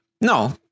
no